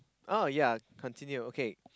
oh ya continue okay